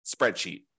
spreadsheet